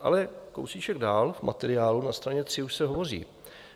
Ale kousíček dál v materiálu na straně 3 už se hovoří: